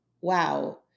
wow